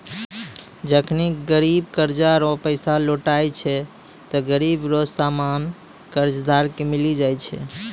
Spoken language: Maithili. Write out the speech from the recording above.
जखनि गिरब कर्जा रो पैसा लौटाय छै ते गिरब रो सामान कर्जदार के मिली जाय छै